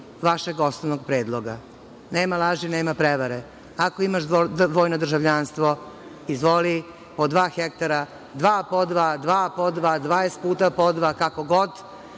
vašeg osnovnog predloga. Nema laži, nema prevare. Ako imaš dvojno državljanstvo, izvoli dva hektara. Dva po dva, dva po dva, dvadeset puta po dva, kako god,